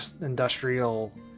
industrial